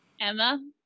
Emma